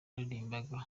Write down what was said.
yaririmbiraga